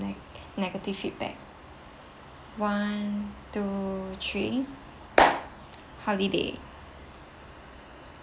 ne~ negative feedback one two three holiday